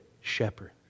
shepherd